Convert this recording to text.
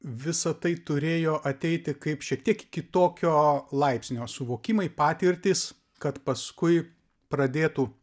visa tai turėjo ateiti kaip šiek tiek kitokio laipsnio suvokimai patirtys kad paskui pradėtų